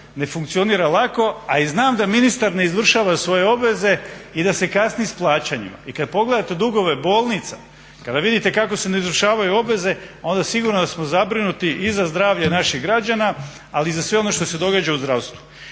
ne funkcionira lako, a i znam da ministar ne izvršava svoje obveze i da se kasni s plaćanjima. I kada pogledate dugove bolnica, kada vidite kako se ne izvršavaju obveze onda sigurno da smo zabrinuti i za zdravlje naših građana, ali i za sve ono što se događa u zdravstvu.